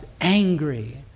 angry